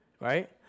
right